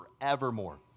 forevermore